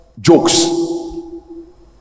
jokes